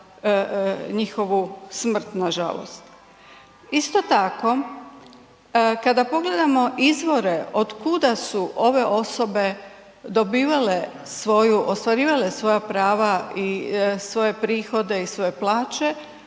njihovu smrt nažalost. Isto tako, kada pogledamo izvore od kuda su ove osobe dobivale svoju, ostvarivale svoja prava i svoje prihode i svoje plaće,